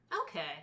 Okay